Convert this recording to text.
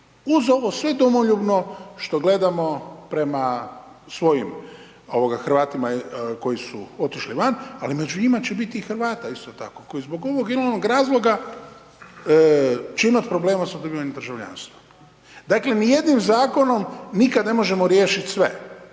uz ovo sve domoljubno što gledamo prema svojim ovoga Hrvatima koji su otišli van, ali među će njima biti i Hrvata isto tako koji zbog ovog ili onog razloga će imat problema s …/nerazumljivo/… državljanstvom. Dakle, ni jednim zakonom ne možemo riješit sve,